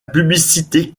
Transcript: publicité